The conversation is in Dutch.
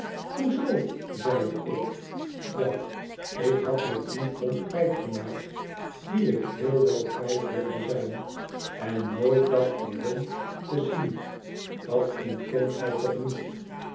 zoo zeide ik wel ik had mij tien pond kwijt gemaakt die ik heel wel kwijt wilde zijn en nooit dacht weerom te zien dat ontkent gij toch niet